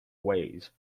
ways